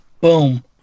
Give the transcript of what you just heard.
Boom